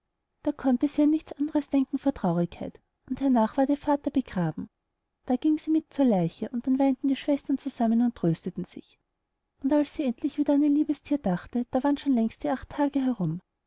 da konnte sie an nichts anders denken vor traurigkeit und hernach ward ihr vater begraben da ging sie mit zur leiche und dann weinten die schwestern zusammen und trösteten sich und als sie endlich wieder an ihr liebes thier dachte da waren schon längst die acht tage herum